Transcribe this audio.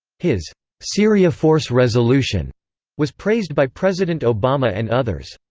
his syria force resolution was praised by president obama and others.